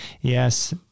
Yes